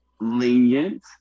lenient